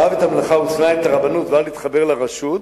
אהב את המלאכה ושנא את הרבנות ואל תתחבר לרשות,